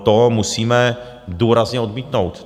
To musíme důrazně odmítnout.